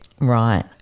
Right